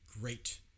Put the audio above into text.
great